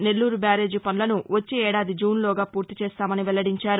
Nellore barrage పనులను వచ్చే ఏడాది జూన్ లోగా పూర్తి చేస్తామని వెల్లదించారు